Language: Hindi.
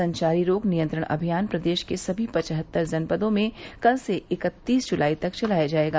संचारी रोग नियंत्रण अभियान प्रदेश के सभी पवहत्तर जनपदों में कल से इक्कतीस जुलाई तक चलाया जायेगा